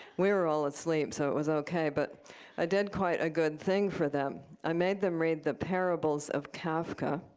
we were all asleep, so it was ok. but i did quite a good thing for them. i made them read the parables of kafka,